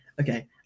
Okay